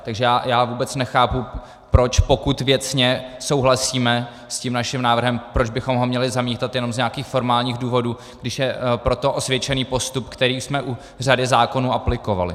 Takže já vůbec nechápu proč, pokud věcně souhlasíme s tím naším návrhem, proč bychom ho měli zamítat jenom z nějakých formálních důvodů, když je pro to osvědčený postup, který jsme u řady zákonů aplikovali.